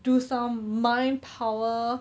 do some mind power